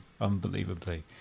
unbelievably